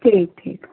ठीक ठीक